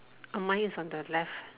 err mine is on the left